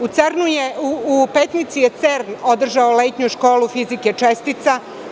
U Petnici je CERN održao letnju školu fizike čestica.